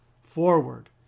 Forward